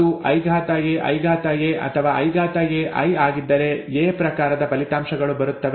ಅದು IA IA ಅಥವಾ IAi ಆಗಿದ್ದರೆ ಎ ಪ್ರಕಾರದ ಫಲಿತಾಂಶಗಳು ಬರುತ್ತವೆ